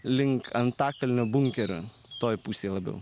link antakalnio bunkerio toj pusėj labiau